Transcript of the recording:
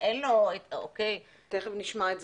אבל אנחנו כרגע לא עוסקים בשאלה: ועדות פנימיות